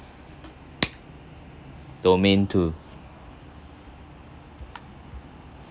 domain two